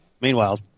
Meanwhile